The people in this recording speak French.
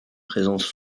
présence